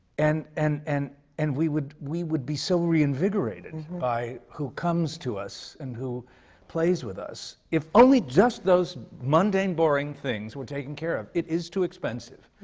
and and and and we would we would be so reinvigorated by who comes to us and who plays with us, if only just those mundane, boring things were taken care of. it is too expensive,